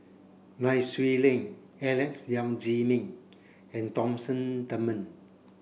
Nai Swee Leng Alex Yam Ziming and Thompson Dunman